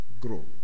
Grow